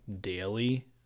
daily